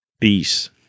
Peace